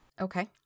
Okay